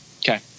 Okay